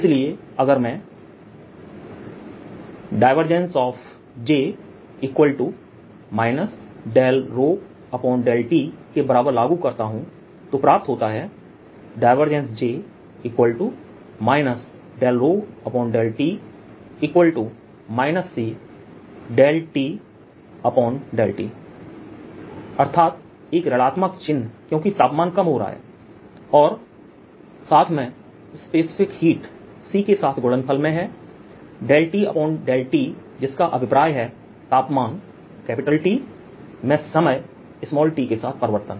इसलिए अगर मैं j ∂ρ∂t के बराबर लागू करता हूं तो प्राप्त होता है j ∂ρ∂t C ∂T∂t अर्थात एक ऋणत्मक चिन्ह क्योंकि तापमान कम हो रहा है और साथ में स्पेसिफिक हीट C के साथ गुणनफल में है ∂T∂t जिसका अभिप्राय है तापमान में समय के साथ परिवर्तन